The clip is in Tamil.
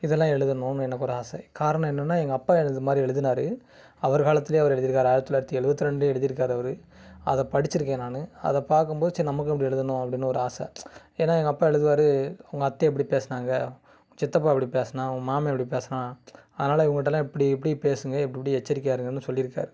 இதெல்லாம் எழுதணுன்னு எனக்கு ஒரு ஆசை காரணம் என்னென்னா எங்கள் அப்பா இது மாதிரி எழுதுனாரு அவர் காலத்திலயே அவர் எழுதிருக்காரு ஆயிரத்தி தொள்ளாயிரத்தி எழுவத்ரெண்ட்ல எழுதிருக்காரு அவர் அதை படித்திருக்கேன் நான் அதை பார்க்கும் போது சரி நமக்கும் இப்படி எழுதணும் அப்படின்னு ஒரு ஆசை ஏன்னா எங்கள் அப்பா எழுதுவாரு உங்கள் அத்தை இப்படி பேசினாங்க உன் சித்தப்பா இப்படி பேசினான் உன் மாமன் இப்படி பேசினான் அதனால் இவங்கக்கிட்டேலாம் இப்படி இப்படி பேசுங்கள் இப்படி எச்சரிக்கையாக இருங்கள்ன்னு சொல்லியிருக்காரு